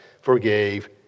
forgave